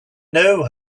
know